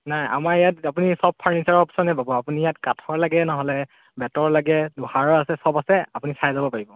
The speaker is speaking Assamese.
নাই আমাৰ ইয়াত আপুনি সব ফাৰ্ণিচাৰৰ অপচনে পাব আপুনি ইয়াত কাঠৰ লাগে নহ'লে বেঁতৰ লাগে লোহাৰৰ আছে সব আছে আপুনি চাই যাব পাৰিব